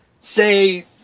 say